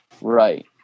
Right